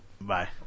Bye